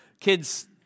kids